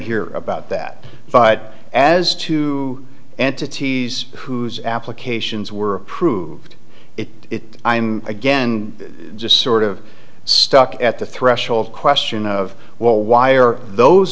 hear about that but as to and tities whose applications were approved it i'm again just sort of stuck at the threshold question of well why are those